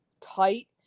tight